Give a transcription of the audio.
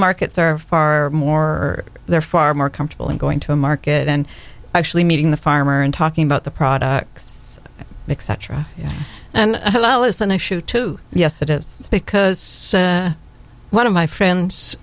markets are far more they're far more comfortable in going to a market and actually meeting the farmer and talking about the products etc and a lot less than a shoe to yes it is because one of my friends